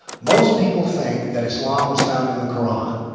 most people think that islam is found in the koran.